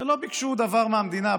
ולא ביקשו דבר מהמדינה.